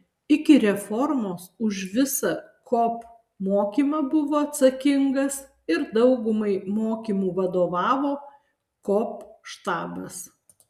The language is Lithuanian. iki reformos už visą kop mokymą buvo atsakingas ir daugumai mokymų vadovavo kop štabas